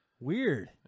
Weird